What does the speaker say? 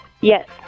Yes